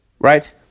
Right